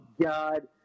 God